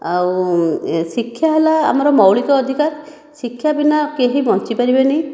ଆଉ ଶିକ୍ଷା ହେଲା ଆମର ମୌଳିକ ଅଧିକାର ଶିକ୍ଷା ବିନା କେହି ବଞ୍ଚିପାରିବେନି